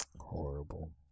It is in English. horrible